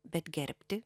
bet gerbti